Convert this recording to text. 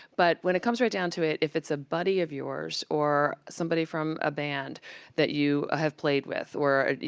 but when it comes right down to it, if it's a buddy of yours, or somebody from a band that you have played with, or, you